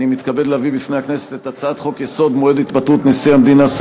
אני מתכבד להביא בפני הכנסת הצעת חוק-יסוד: מועד התפטרות נשיא המדינה,